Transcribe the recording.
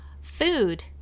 Food